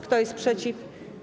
Kto jest przeciw?